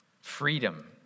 freedom